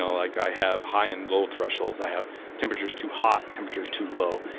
ah like i have high and low thresholds, i have temperature is too hot, temperature is too low.